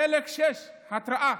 חלק 6, התראה,